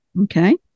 Okay